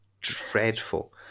dreadful